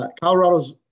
Colorado's